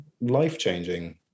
life-changing